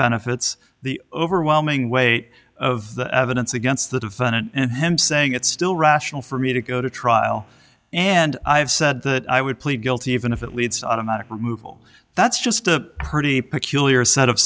benefits the overwhelming weight of the evidence against the defendant and him saying it's still rational for me to go to trial and i have said that i would plead guilty even if it leads to automatic removal that's just a pretty peculiar set